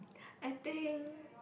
I think